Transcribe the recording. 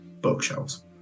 bookshelves